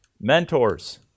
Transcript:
mentors